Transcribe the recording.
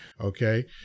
Okay